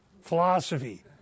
Philosophy